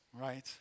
right